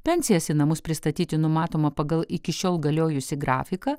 pensijas į namus pristatyti numatoma pagal iki šiol galiojusį grafiką